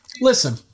listen